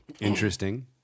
Interesting